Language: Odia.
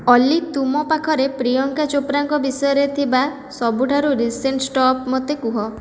ଅଲି ତୁମ ପାଖରେ ପ୍ରିୟଙ୍କା ଚୋପ୍ରାଙ୍କ ବିଷୟରେ ଥିବା ସବୁଠାରୁ ରିସେଣ୍ଟ୍ ଷ୍ଟଫ୍ ମୋତେ କୁହ